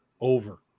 Over